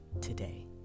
today